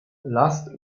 lasst